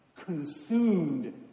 consumed